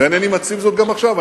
ואינני מציב זאת גם עכשיו.